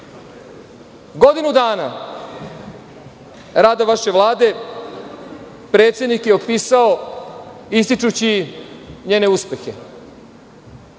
ljude. Godinu dana rada vaše Vlade, predsednik je opisao ističući njene uspehe,